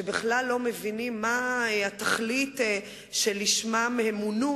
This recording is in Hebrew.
שבכלל לא מבינים מה התכלית שלשמה הם מונו,